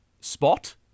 Spot